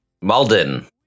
Malden